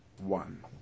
one